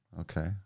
okay